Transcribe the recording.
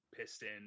piston